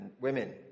Women